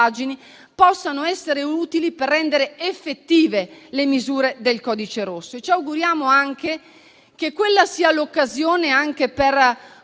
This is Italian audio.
possano essere utili per rendere effettive le misure del codice rosso. Ci auguriamo inoltre che quella sia l'occasione per